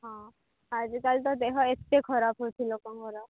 ହଁ ଆଜିକାଲି ତ ଦେହ ଏତେ ଖରାପ ହେଉଛିି ଲୋକଙ୍କର